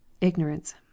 ignorance